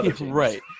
Right